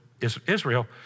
Israel